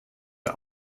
der